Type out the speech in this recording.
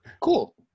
Cool